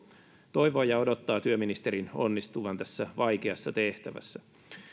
toivoo ja odottaa työministerin onnistuvan tässä vaikeassa tehtävässä